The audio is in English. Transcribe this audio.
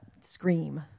scream